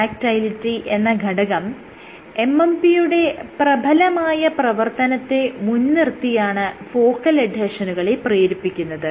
contractility എന്ന ഘടകം MMP യുടെ പ്രബലമായ പ്രവർത്തനത്തെ മുൻനിർത്തിയാണ് ഫോക്കൽ എഡ്ഹെഷനുകളെ പ്രേരിപ്പിക്കുന്നത്